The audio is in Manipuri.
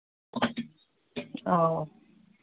ꯑꯧ